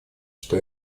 что